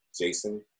jason